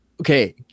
okay